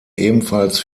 ebenfalls